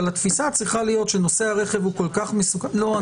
אבל התפיסה צריכה להיות שנושא הרכב כל כך מסוכן ------ לא.